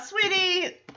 sweetie